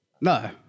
No